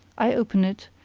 i open it,